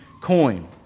coin